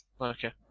Okay